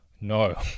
no